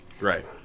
Right